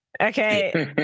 Okay